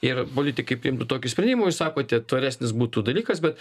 ir politikai priimtų tokį sprendimą jūs sakote tvaresnis būtų dalykas bet